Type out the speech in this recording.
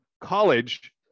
college